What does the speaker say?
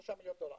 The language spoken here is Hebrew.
3 מיליון דולר,